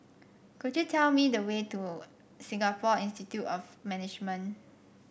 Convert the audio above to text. could you tell me the way to Singapore Institute of Management